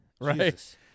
Right